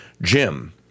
Jim